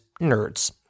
nerds